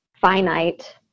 finite